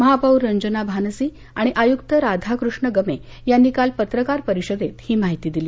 महापौर रंजना भानसी आणि आयुक्त राधाकृष्ण गमे यांनी काल पत्रकार परिषदेत ही माहिती दिली